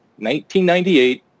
1998